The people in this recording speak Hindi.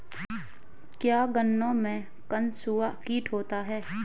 क्या गन्नों में कंसुआ कीट होता है?